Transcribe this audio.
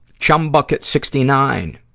chum bucket sixty nine